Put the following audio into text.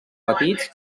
petits